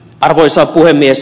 arvoisa puhemies